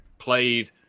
played